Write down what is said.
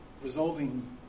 resolving